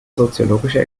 soziologische